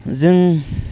जों